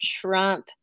trump